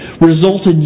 resulted